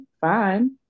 fine